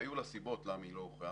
והיו לה סיבות למה היא לא הוכרעה.